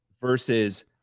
versus